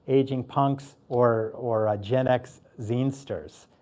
aging punks, or or a gen x zinesters.